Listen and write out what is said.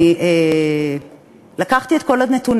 אני לקחתי את כל הנתונים,